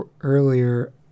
earlier